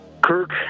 Kirk